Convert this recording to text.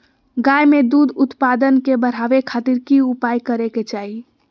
गाय में दूध उत्पादन के बढ़ावे खातिर की उपाय करें कि चाही?